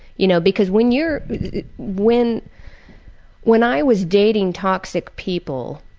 you know because when you're when when i was dating toxic people,